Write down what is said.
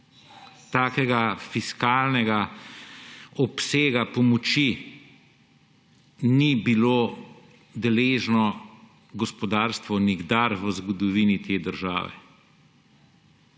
Takega fiskalnega obsega pomoči ni bilo deležno gospodarstvo nikdar v zgodovini te države